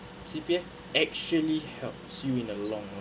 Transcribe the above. C_P_F actually helps you in the long